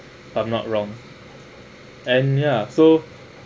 I'm not wrong and ya so